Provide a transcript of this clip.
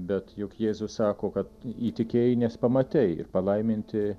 bet juk jėzus sako kad į įtikėjai nes pamatei ir palaiminti